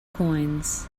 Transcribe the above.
coins